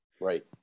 Right